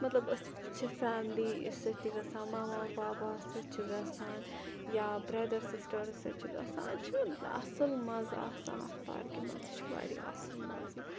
أسۍ چھِ فیملی سۭتۍ تہِ گَژھان مَمّا پاپاہَس سۭتۍ چھِ گَژھان یا برٛیدَر سِسٹٲرٕس سۭتۍ چھِ گَژھان اَتہِ چھُ اصل مَزٕ آسان اَتھ پارکہِ مَنٛز چھُ واریاہ اَصل مَزٕ